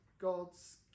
God's